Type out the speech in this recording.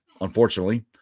unfortunately